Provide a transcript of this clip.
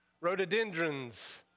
Rhododendrons